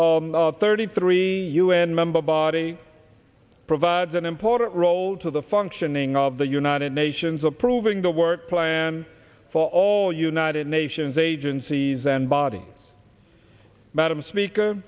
of thirty three un member body provides an important role to the functioning of the united nations approving the work plan for all united nations agencies and body madam speaker